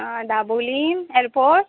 आ Dabolim airport